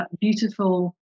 beautiful